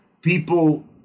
people